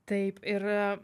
taip ir